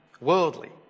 worldly